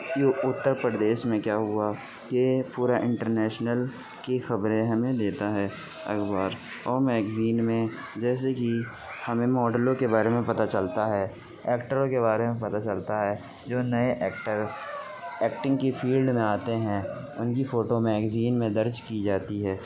اتّر پریدش میں كیا ہوا یہ پورا انٹرنیشنل کی خبریں ہمیں دیتا ہے اخبار اور میگزین میں جیسے کہ ہمیں ماڈلوں کے بارے میں پتہ چلتا ہے ایکٹروں کے بارے میں پتہ چلتا ہے جو نئے ایکٹر ایکٹنگ کی فیلڈ میں آتے ہیں ان کی فوٹو میگزین میں درج کی جاتی ہے